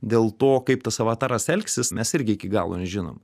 dėl to kaip tas avataras elgsis mes irgi iki galo nežinom